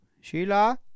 Sheila